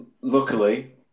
Luckily